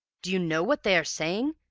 do you know what they are saying?